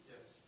Yes